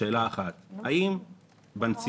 אני רוצה לשאול את היועץ המשפטי של הוועדה שאלה אחת.